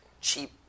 cheap